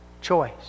choice